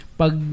pag